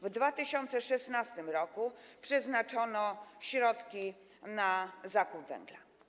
W 2016 r. przeznaczono środki na zakup węgla.